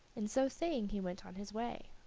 and so saying he went on his way.